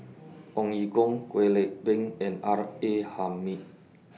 Ong Ye Kung Kwek Leng Beng and R A Hamid